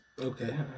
Okay